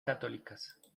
católicas